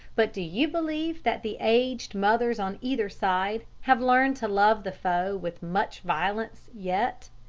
but do you believe that the aged mothers on either side have learned to love the foe with much violence yet?